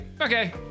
okay